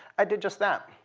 i did just that.